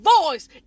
voice